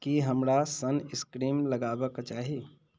की हमरा सनस्क्रीम लगेबाक चाही